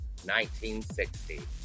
1960